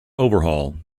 overhaul